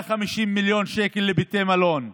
150 מיליון שקל לבתי מלון,